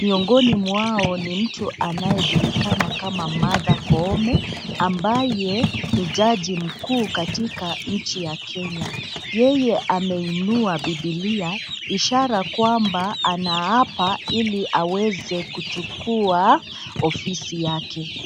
miongoni mwao ni mtu anayejulikana kama Martha Koome ambaye ni jaji mkuu katika nchi ya Kenya, yeye ameinua biblia ishara kwamba anaapa ili aweze kuchukua ofisi yake.